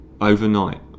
overnight